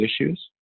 issues